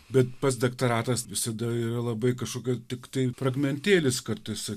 bet pats doktoratas visada yra labai kažkokio tiktai fragmentėlis kartais